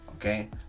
Okay